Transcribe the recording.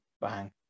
bang